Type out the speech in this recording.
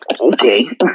Okay